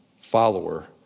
follower